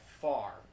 far